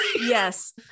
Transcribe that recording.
Yes